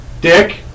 dick